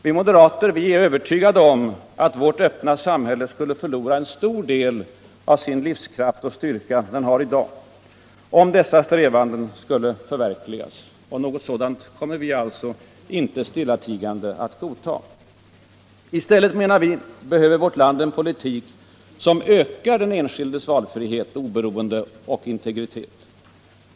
Vi moderater är övertygade om att vårt öppna samhälle skulle förlora en stor del av den livskraft och styrka den har i dag, om dessa strävanden skulle förverkligas. Något sådant kommer vi alltså inte stillatigande att godta. I stället, menar vi, behöver vårt land en politik som ökar den enskildes valfrihet, oberoende och integritet.